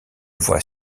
voie